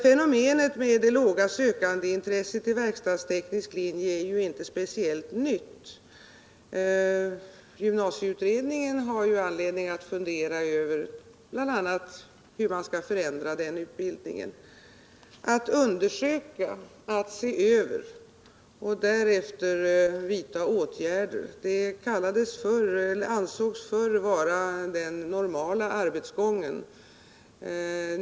Fenomenet med det svaga sökandeintresset för verkstadsteknisk linje är ju inte speciellt nytt. Gymnasieutredningen har anledning att fundera över bl.a. hur man kan förändra den utbildningen. Att undersöka, att se över och därefter vidta åtgärder ansågs förr vara den normala arbetsgången.